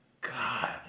God